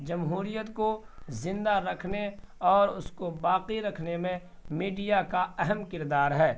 جمہوریت کو زندہ رکھنے اور اس کو باقی رکھنے میں میڈیا کا اہم کردار ہے